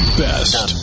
best